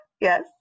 yes